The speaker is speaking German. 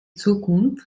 zukunft